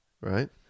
right